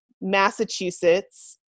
Massachusetts